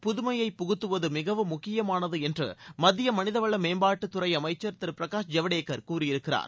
புதுமையை புகுத்துவது மிகவும் முக்கியமானது என்று மத்திய மனிதவள கற்பிக்கலில் மேம்பாட்டுத்துறை அமைச்சர் திரு பிரகாஷ் ஜவ்டேகர் கூறியிருக்கிறார்